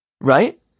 Right